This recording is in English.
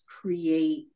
create